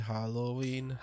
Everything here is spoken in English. Halloween